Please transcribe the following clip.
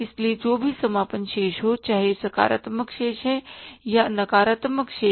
इसलिए जो भी समापन शेष हो चाहे सकारात्मक शेष या नकारात्मक शेष